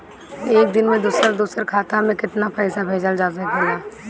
एक दिन में दूसर दूसर खाता में केतना पईसा भेजल जा सेकला?